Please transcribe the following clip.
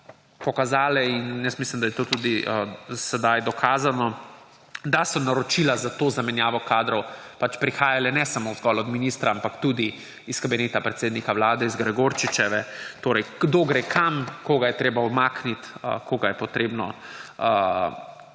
pokazale in mislim, da je to tudi sedaj dokazano, da so naročila za to zamenjavo kadrov pač prihajale ne samo zgolj od ministra, ampak tudi iz kabineta predsednika Vlade, z Gregorčičeve. Torej, kdo gre kam, koga je treba umakniti, koga je potrebno